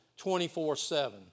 24-7